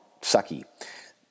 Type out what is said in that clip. sucky